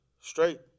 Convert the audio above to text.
Straight